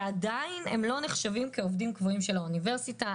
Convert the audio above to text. ועדיין הם לא נחשבים כעובדים קבועים של האוניברסיטה,